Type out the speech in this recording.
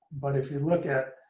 but if you look at